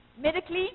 medically